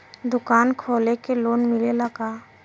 दुकान खोले के लोन मिलेला का?